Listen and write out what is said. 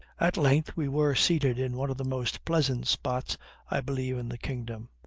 at length we were seated in one of the most pleasant spots i believe in the kingdom,